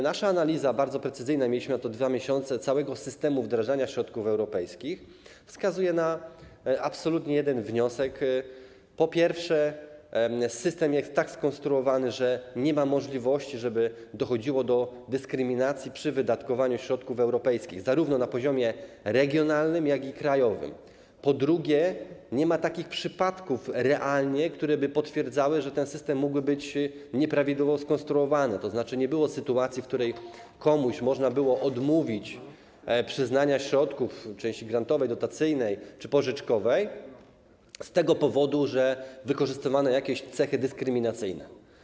Nasza analiza, bardzo precyzyjna - mieliśmy na to 2 miesiące - całego systemu wdrażania środków europejskich wskazuje absolutnie na jeden wniosek: po pierwsze, system jest tak skonstruowany, że nie ma możliwości, żeby dochodziło do dyskryminacji przy wydatkowaniu środków europejskich zarówno na poziomie regionalnym, jak i krajowym, po drugie, nie ma realnie takich przypadków, które by potwierdzały, że ten system mógłby być nieprawidłowo skonstruowany, tzn. nie było sytuacji, w której komuś można było odmówić przyznania środków, części grantowej, dotacyjnej czy pożyczkowej z tego powodu, że wykorzystywano jakieś cechy dyskryminacyjne.